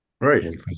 right